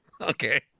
Okay